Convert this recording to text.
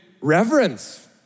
reverence